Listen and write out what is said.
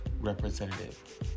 representative